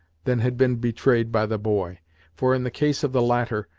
than had been betrayed by the boy for, in the case of the latter,